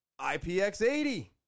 IPX80